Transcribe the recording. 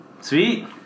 sweet